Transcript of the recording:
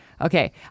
Okay